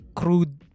crude